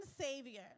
Savior